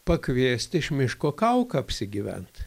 pakviest iš miško kauką apsigyvent